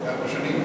בארבע שנים?